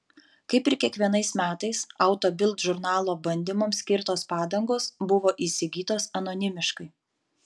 kaip ir kiekvienais metais auto bild žurnalo bandymams skirtos padangos buvo įsigytos anonimiškai